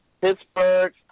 Pittsburgh